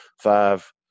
five